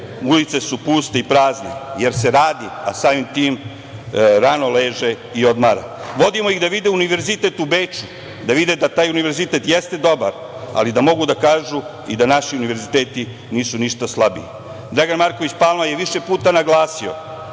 ulice su puste i prazne jer se radi, a samim tim rano leže i odmara. Vodimo ih da vide Univerzitet u Beču, da vide da taj Univerzitet jeste dobar, ali da mogu da kažu i da naši univerziteti nisu ništa slabiji. Dragan Marković Palma je više puta naglasio